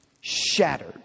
shattered